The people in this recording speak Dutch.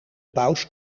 paus